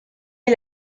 est